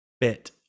bit